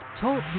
Talk